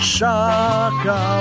Shaka